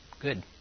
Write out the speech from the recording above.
good